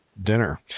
dinner